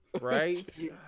Right